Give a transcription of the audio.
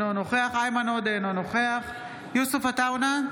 אינו נוכח איימן עודה, אינו נוכח יוסף עטאונה,